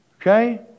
Okay